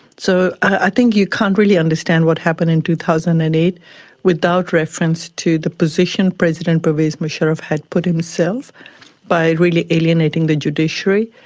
so i think you can't really understand what happened in two thousand and eight without reference to the position president pervez musharraf had put himself by really alienating the judiciary,